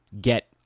get